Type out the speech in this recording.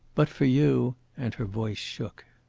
but for you and her voice shook.